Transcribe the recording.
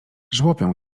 żłopią